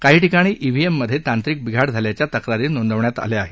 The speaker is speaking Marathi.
काही ठिकाणी ईव्हीएममध्ये तांत्रिक बिघाड झाल्याच्या तक्रारी नोंदवण्यात आल्या आहेत